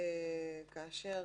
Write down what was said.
כאשר